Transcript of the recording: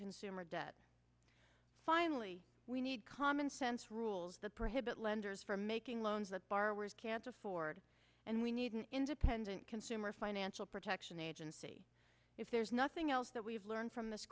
consumer debt finally we need commonsense rules that prohibit lenders from making loans that borrowers can't afford and we need an independent consumer financial protection agency if there's nothing else that we've learned from this